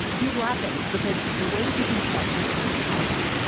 he was laughing because the way he thinks about political power,